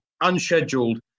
unscheduled